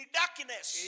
darkness